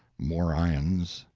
morions,